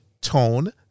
Tone